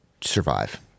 survive